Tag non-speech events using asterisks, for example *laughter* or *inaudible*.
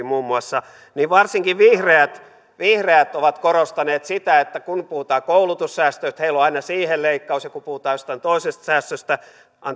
*unintelligible* muun muassa niin varsinkin vihreät vihreät ovat korostaneet sitä että kun puhutaan koulutussäästöistä heillä on aina siihen ratkaisu ja kun puhutaan jostain toisesta säästöstä